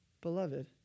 beloved